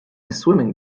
swimming